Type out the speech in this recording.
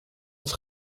dat